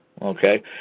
Okay